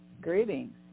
Greetings